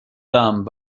dumb